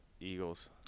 Eagles